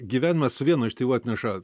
gyvenimas su vienu iš tėvų atneša